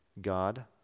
God